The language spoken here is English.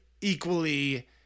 equally